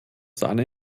sahne